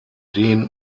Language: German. den